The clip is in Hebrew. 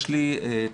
יש לי תקדים,